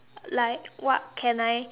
like what can I